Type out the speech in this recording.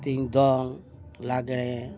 ᱛᱤᱧ ᱫᱚᱝ ᱞᱟᱜᱽᱲᱮ